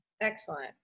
Excellent